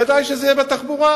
ודאי שזה יהיה בתחבורה.